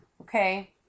Okay